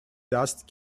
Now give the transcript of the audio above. dust